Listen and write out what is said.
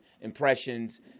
impressions